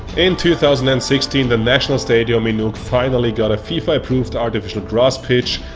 in two thousand and sixteen the national stadium you know finally got a fifa approved artificial grass pitch,